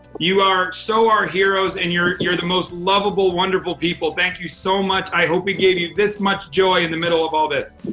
you are so our heroes, and you're you're the most lovable, wonderful people. thank you so much. i hope we gave you this much joy in the middle of all this.